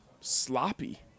sloppy